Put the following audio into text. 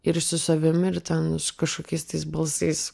ir su savim ir ten kažkokiais tais balsais